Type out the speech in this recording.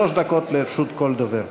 שלוש דקות לרשות כל דובר.